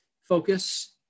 Focus